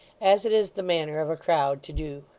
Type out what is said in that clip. as it is the manner of a crowd to do.